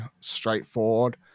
straightforward